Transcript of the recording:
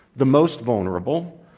the most vulnerable,